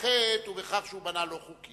החטא הוא בכך שהוא בנה לא חוקי.